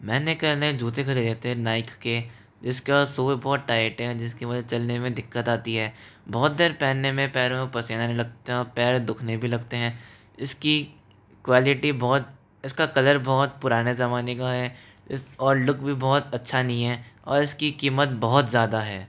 मैंने कल नए जूते खरीदे थे नाइक के जिसका सोल बहुत टाइट है जिसकी मुझे चलने में दिकत आती है बहुत देर पहनने में पैरों में पसीना भी लगता पैर दुखने भी लगते हैं इसकी क्वालिटी बहुत इसका कलर बहुत पुराने ज़माने का है इस और लुक भी बहुत अच्छा नहीं है और इसकी कीमत बहुत ज़्यादा है